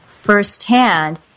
firsthand